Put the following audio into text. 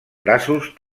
braços